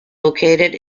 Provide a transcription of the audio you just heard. located